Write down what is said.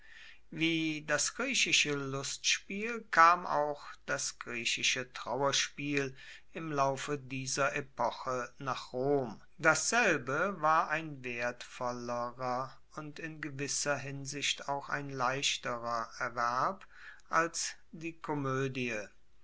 wie das griechische lustspiel kam auch das griechische trauerspiel im laufe dieser epoche nach rom dasselbe war ein wertvollerer und in gewisser hinsicht auch ein leichterer erwerb als die komoedie